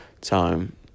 time